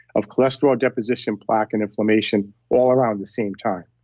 of cholesterol deposition plaque and inflammation all around the same time.